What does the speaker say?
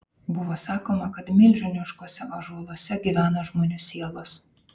buvo sakoma kad milžiniškuose ąžuoluose gyvena žmonių sielos